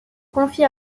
confie